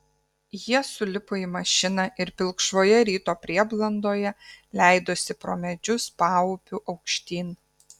jie sulipo į mašiną ir pilkšvoje ryto prieblandoje leidosi pro medžius paupiu aukštyn